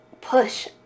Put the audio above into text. push